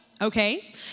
Okay